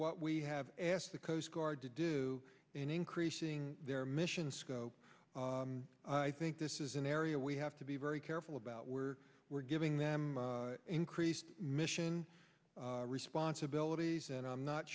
what we have asked the coast guard to do in increasing their mission scope i think this is an area we have to be very careful about where we're giving them increased mission responsibilities and i'm not